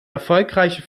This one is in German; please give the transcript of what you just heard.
erfolgreiche